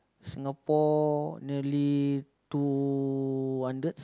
Singapore nearly two wonders